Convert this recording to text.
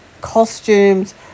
costumes